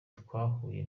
twahuye